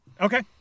Okay